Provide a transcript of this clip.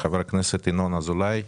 של ח"כ ינון אזולאי (מס'